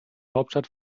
hauptstadt